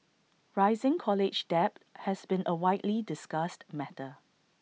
rising college debt has been A widely discussed matter